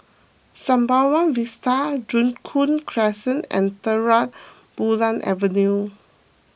Sembawang Vista Joo Koon Crescent and Terang Bulan Avenue